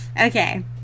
Okay